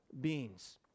beings